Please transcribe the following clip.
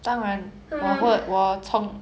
mm